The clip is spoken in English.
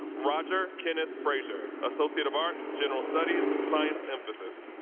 roger kenneth frazier, associate of arts, general studies, science emphasis.